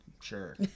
Sure